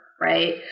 right